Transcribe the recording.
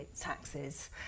taxes